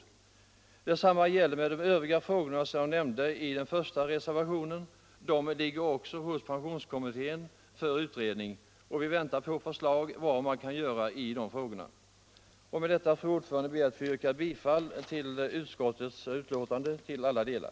= avgifter Detsamma gäller de övriga frågor som jag nämnde i samband med den första reservationen. De ligger också hos pensionskommittén för utredning, och vi väntar på förslag om vad som kan göras i de frågorna. Med detta, fru talman, ber jag att få yrka bifall till utskottets hemställan i alla delar.